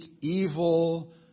evil